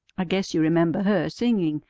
i guess you remember her singing.